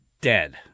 dead